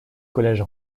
collège